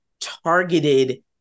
targeted